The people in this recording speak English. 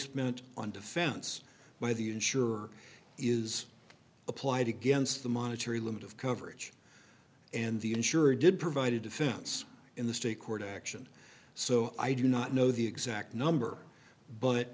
spent on defense by the insurer is applied against the monetary limit of coverage and the insurer did provide a defense in the state court action so i do not know the exact number but